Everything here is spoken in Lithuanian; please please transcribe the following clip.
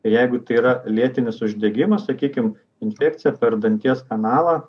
ir jeigu tai yra lėtinis uždegimas sakykim infekcija per danties kanalą